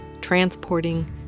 transporting